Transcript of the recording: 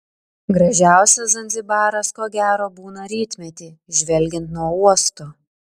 gražiausias zanzibaras ko gero būna rytmetį žvelgiant nuo uosto